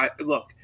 look –